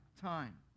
time